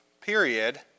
period